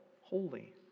holy